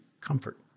comfort